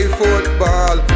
football